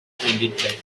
handed